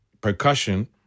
percussion